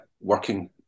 working